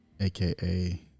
aka